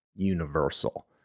universal